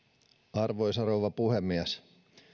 arvoisa rouva puhemies